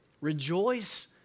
Rejoice